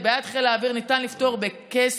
את בעיית חיל האוויר ניתן לפתור בכסף.